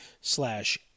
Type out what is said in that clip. slash